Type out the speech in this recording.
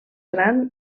gran